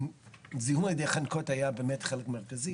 זיהום על ידי חנקות היה באמת חלק מרכזי.